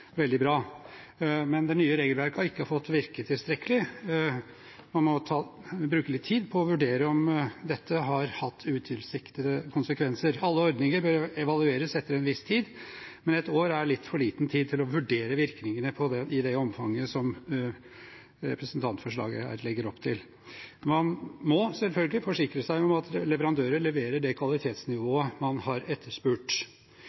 men det nye regelverket har ikke fått virke tilstrekkelig. Man må bruke litt tid på å vurdere om dette har hatt utilsiktede konsekvenser. Alle ordninger bør evalueres etter en viss tid, men ett år er litt for liten tid til å vurdere virkningene i det omfanget som representantforslaget legger opp til. Man må selvfølgelig forsikre seg om at leverandører leverer på det